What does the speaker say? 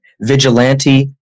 vigilante